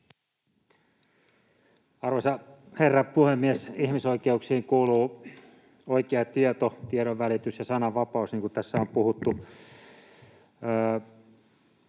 Arvoisa herra puhemies! Ihmisoikeuksiin kuuluu oikea tieto, tiedonvälitys ja sananvapaus, niin kuin tässä on puhuttu.